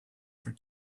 for